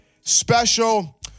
special